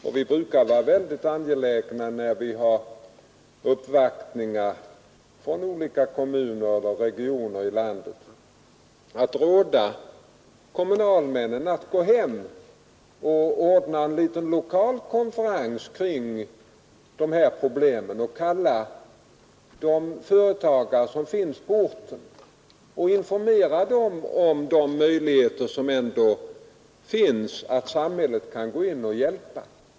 När vi får uppvaktningar från olika kommuner eller regioner i landet brukar vi vara ytterst angelägna att råda kommunalmännen att gå hem och ordna en liten lokal konferens kring dessa problem och kalla de företagare som finns på orten samt informera dem om de möjligheter som finns.